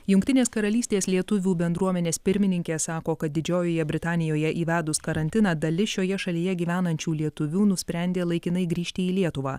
jungtinės karalystės lietuvių bendruomenės pirmininkė sako kad didžiojoje britanijoje įvedus karantiną dalis šioje šalyje gyvenančių lietuvių nusprendė laikinai grįžti į lietuvą